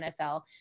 NFL